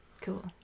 Cool